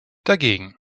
dagegen